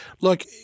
look